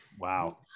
Wow